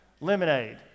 Lemonade